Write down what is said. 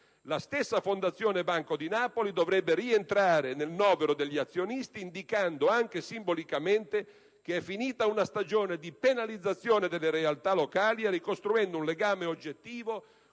La stessa Fondazione Banco di Napoli dovrebbe rientrare nel novero degli azionisti, indicando, anche simbolicamente, che è finita una stagione di penalizzazione delle realtà locali e ricostruendo un legame oggettivo